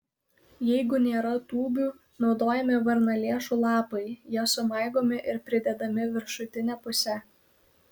jeigu nėra tūbių naudojami varnalėšų lapai jie sumaigomi ir pridedami viršutine puse